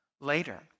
later